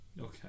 Okay